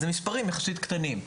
אז המספרים הם יחסית קטנים,